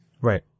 Right